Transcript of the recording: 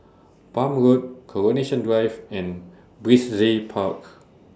Palm Road Coronation Drive and Brizay Park